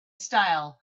style